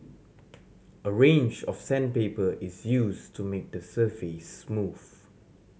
a range of sandpaper is used to make the surface smooth